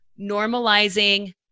normalizing